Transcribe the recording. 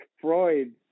Freud